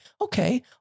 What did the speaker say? Okay